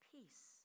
Peace